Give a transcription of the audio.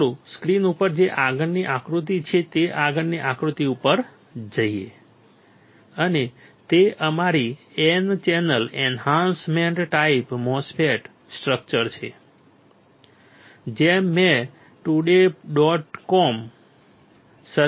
ચાલો આપણે સ્ક્રીન ઉપર જે આગળની આકૃતિ છે તે આગળની આકૃતિ ઉપર જઈએ અને તે અમારી N channel enhancement type MOSFET structure છે જે મેં today dot com today dot com